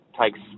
Takes